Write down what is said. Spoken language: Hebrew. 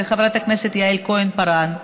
וחברת הכנסת יעל כהן-פארן.